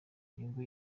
nibwo